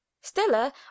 Stella